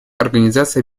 организации